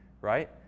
right